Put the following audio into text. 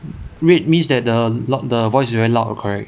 red means that the lock the voice very loud correct